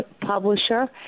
publisher